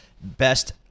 best